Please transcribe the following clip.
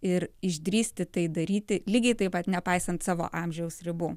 ir išdrįsti tai daryti lygiai taip pat nepaisant savo amžiaus ribų